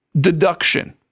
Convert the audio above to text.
deduction